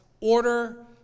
Order